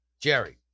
Jerry